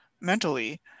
mentally